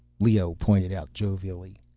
leoh pointed out jovially,